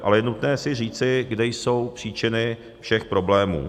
Ale je nutné si říci, kde jsou příčiny všech problémů.